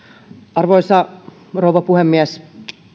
arvoisa rouva puhemies